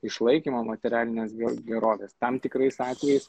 išlaikymo materialinės gerovės tam tikrais atvejais